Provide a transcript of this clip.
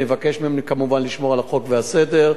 נבקש מהם כמובן לשמור על החוק והסדר,